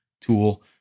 tool